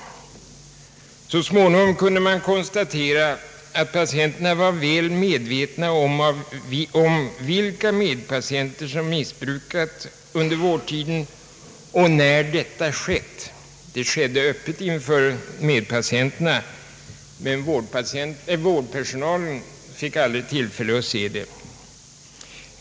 Så småningom kunde man konstatera att patienterna var väl medvetna om vilka medpatienter som missbrukat narkotika under vårdtiden och när detta skett. Det skedde öppet inför medpatienterna, men vårdpersonalen fick inte tillfälle att se det.